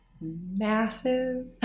massive